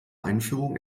einführung